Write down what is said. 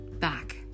back